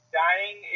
dying